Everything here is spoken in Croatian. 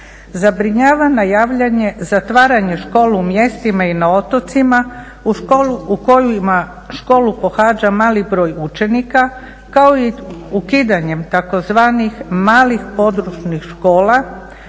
Zabrinjava najavljeno zatvaranje škola u mjestima i na otocima u kojima školu pohađa mali broj učenika kao i ukidanje tzv. malih područnih škola